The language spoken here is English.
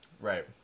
Right